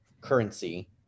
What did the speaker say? currency